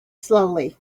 slowly